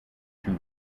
two